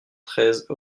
treize